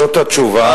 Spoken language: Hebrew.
זאת התשובה,